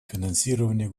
финансирование